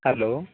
hello